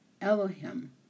Elohim